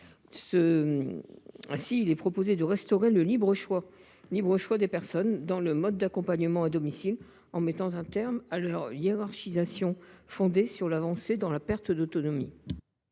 part, nous proposons de restaurer le libre choix des personnes dans le mode d’accompagnement à domicile en revenant sur la hiérarchisation fondée sur l’avancée dans la perte d’autonomie.